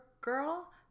girl